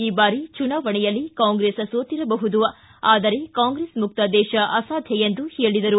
ಈ ಬಾರಿ ಚುನಾವಣೆಯಲ್ಲಿ ಕಾಂಗ್ರೆಸ್ ಸೋತಿರಬಹುದು ಆದರೆ ಕಾಂಗ್ರೆಸ್ ಮುಕ್ತ ದೇಶ ಅಸಾಧ್ಯ ಎಂದು ಹೇಳಿದರು